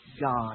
God